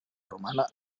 romana